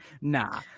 Nah